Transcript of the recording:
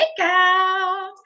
Takeout